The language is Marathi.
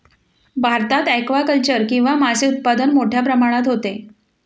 भारतात ॲक्वाकल्चर किंवा मासे उत्पादन मोठ्या प्रमाणात होते